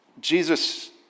Jesus